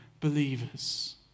believers